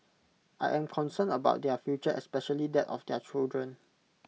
I am concerned about their future especially that of their children